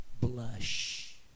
blush